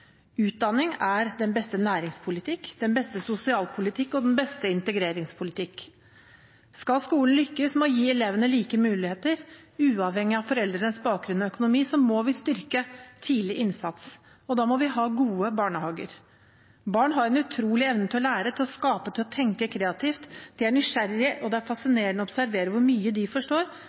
Utdanning er den beste næringspolitikk, den beste sosialpolitikk og den beste integreringspolitikk. Skal skolen lykkes i å gi elevene like muligheter, uavhengig av foreldrenes bakgrunn og økonomi, må vi styrke tidlig innsats, og da må vi ha gode barnehager. Barn har en utrolig evne til å lære, til å skape og til å tenke kreativt. De er nysgjerrige, og det er fascinerende å observere hvor mye de forstår.